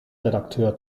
redakteur